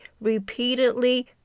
repeatedly